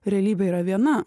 realybė yra viena